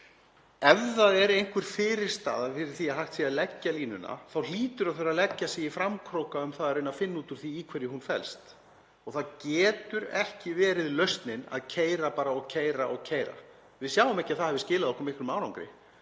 Ef það er einhver fyrirstaða fyrir því að hægt sé að leggja línuna þá hlýtur að þurfa að leggja sig í framkróka við að reyna að finna út úr því í hverju hún felst. Það getur ekki verið lausnin að keyra bara og keyra, við sjáum ekki að það hafi skilað okkur miklum árangri,